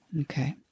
Okay